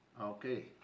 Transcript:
Okay